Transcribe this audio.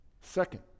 Second